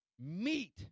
meat